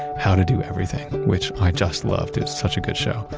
how to do everything, which i just loved. it was such a good show.